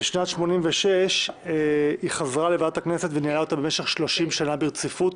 בשנת 86' היא חזרה לוועדת הכנסת וניהלה אותה במשך 30 שנה ברציפות.